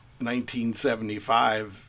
1975